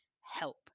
help